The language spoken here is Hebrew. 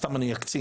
סתם אני אקצין,